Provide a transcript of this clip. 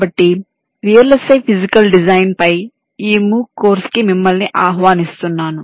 కాబట్టి VLSI physical design పై ఈ MOOC కోర్సుకు మిమ్మల్ని ఆహ్వానిస్తున్నాను